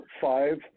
Five